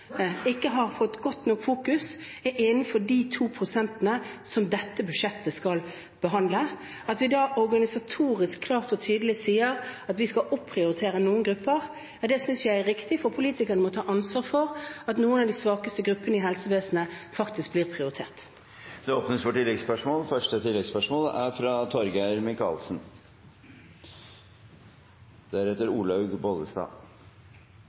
ikke har fått godt nok fokus innenfor de 2 pst. som med dette budsjettet skal få behandling. At vi da organisatorisk, klart og tydelig sier at vi skal opprioritere noen grupper, synes jeg er riktig, for politikerne må ta ansvar for at noen av de svakeste gruppene i helsevesenet faktisk blir prioritert. Det blir oppfølgingsspørsmål – først Torgeir Micaelsen. Poenget er